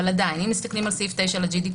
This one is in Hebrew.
אבל עדיין אם מסתכלים על סעיף 9 ל-GDPR,